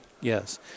Yes